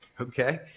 okay